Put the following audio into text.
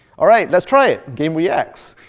all right, let's try it. game reacts,